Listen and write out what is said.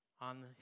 on